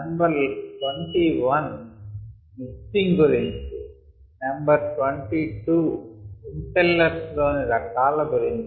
number 21 mixing గురించి number 22 impellers లోని రకాల గురించి